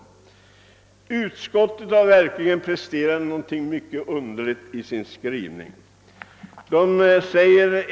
Utskottet har verkligen presterat något mycket underligt i sin skrivning.